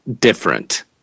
different